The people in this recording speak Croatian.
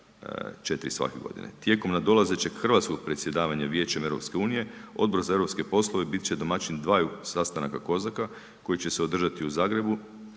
4 svake godine. Tijekom nadolazećeg hrvatskog predsjedavanja Vijećem EU Odbora za eu poslove biti će domaćin dvaju sastanaka COSAC-a koji će se održati u Zagrebu.